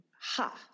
ha